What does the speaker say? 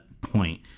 point